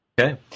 Okay